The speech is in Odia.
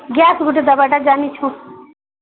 ଗ୍ୟାସ୍ ଗୁଟେ ଦବାଟା ଜାଣିଛୁଁ